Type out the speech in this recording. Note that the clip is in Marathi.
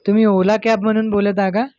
तुम्ही ओला कॅबमधून बोलत आहा का